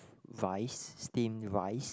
rice steamed rice